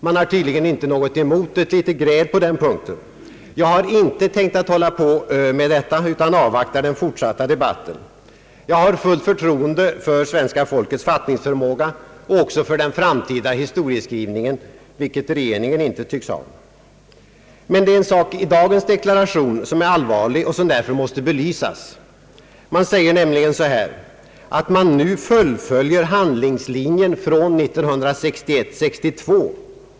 Man har tydligen inte något emot ett litet gräl på den punkten, Jag har inte tänkt att hålla på med detta utan avvaktar den fortsatta debatten. Jag har fullt förtroende för svenska folkets fattningsförmåga och även för den framtida historieskrivningen, vilket regeringen inte tycks ha. Men det är en sak i dagens deklaration som är allvarlig och som därför måste belysas. Man säger nämligen att man nu fullföljer handlingslinjen från 1961—1962.